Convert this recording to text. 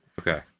Okay